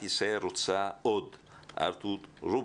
ישראל רוצה עוד ארתור רובינשטיין,